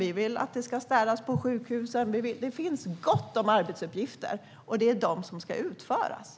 Vi vill att det ska städas på sjukhusen. Det finns gott om arbetsuppgifter, och det är de som ska utföras.